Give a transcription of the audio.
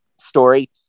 story